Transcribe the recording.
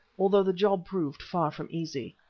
although the job proved far from easy.